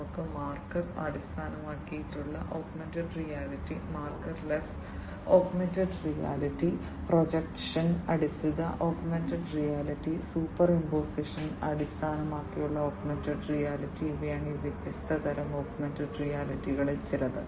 ഞങ്ങൾക്ക് മാർക്കർ അടിസ്ഥാനമാക്കിയുള്ള augmented reality markerless augmented reality projection അധിഷ്ഠിത ഓഗ്മെന്റഡ് റിയാലിറ്റി സൂപ്പർഇമ്പോസിഷൻ അടിസ്ഥാനമാക്കിയുള്ള ഓഗ്മെന്റഡ് റിയാലിറ്റി ഇവയാണ് ഈ വ്യത്യസ്ത തരം ഓഗ്മെന്റഡ് റിയാലിറ്റികളിൽ ചിലത്